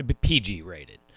PG-rated